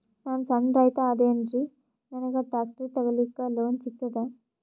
ನಾನ್ ಸಣ್ ರೈತ ಅದೇನೀರಿ ನನಗ ಟ್ಟ್ರ್ಯಾಕ್ಟರಿ ತಗಲಿಕ ಲೋನ್ ಸಿಗತದ?